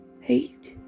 hate